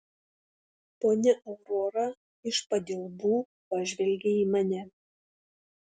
ponia aurora iš padilbų pažvelgė į mane